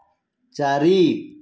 ଚାରି